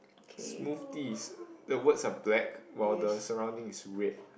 smoothies the words are black while the surrounding is red